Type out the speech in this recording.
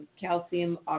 calcium